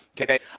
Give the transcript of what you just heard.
Okay